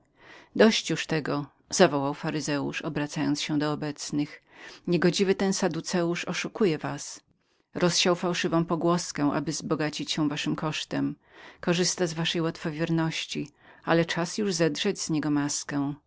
dość już tego zawołał faryzeusz obracając się do obecnych niegodziwy ten saduceusz oszukuje was rozsiał fałszywą pogłoskę aby zbogacić się waszym kosztem korzysta z waszej łatwowierności ale czas już